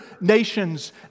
nations